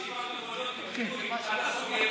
שטיפת מכוניות עם חיטוי אתה סוגר,